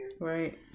Right